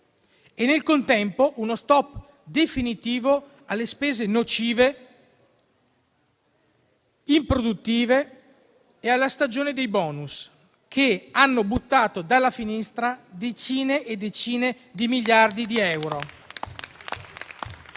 Nel contempo vi sarà uno stop definitivo alle spese nocive, improduttive e alla stagione dei *bonus*, che hanno buttato dalla finestra decine e decine di miliardi di euro